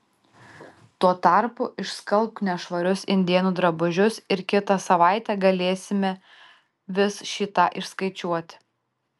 tuo tarpu išskalbk nešvarius indėnų drabužius ir kitą savaitę galėsime vis šį tą išskaičiuoti